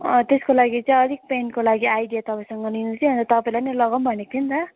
त्यसको लागि चाहिँ अलिक पेन्टको आइडिया तपाईँसँग लिनु थियो अनि तपाईँलाई नि लगाउ भनेको थिएँ नि त